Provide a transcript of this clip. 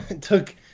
took